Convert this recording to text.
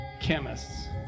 chemists